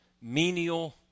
menial